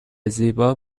زیبا